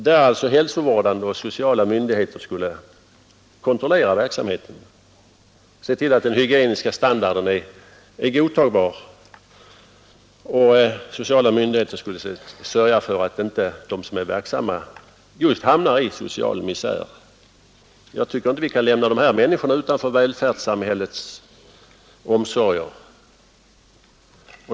Då skulle hälsovårdande och sociala myndigheter kunna kontrollera verksamheten och se till att den hygieniska standarden är godtagbar, och sociala myndigheter skulle kunna sörja för att inte de som är verksamma inom prostitutionen hamnar i social misär. De kan inte lämnas utanför välfärdssamhällets omsorger.